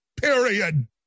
period